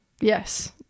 Yes